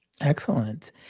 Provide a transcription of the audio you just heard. Excellent